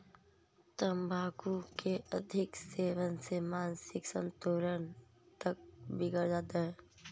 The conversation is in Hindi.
तंबाकू के अधिक सेवन से मानसिक संतुलन तक बिगड़ जाता है